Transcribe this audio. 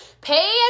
Pay